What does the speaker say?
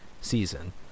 season